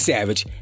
Savage